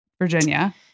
Virginia